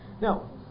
Now